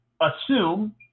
assume –